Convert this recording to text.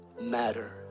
matter